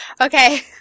Okay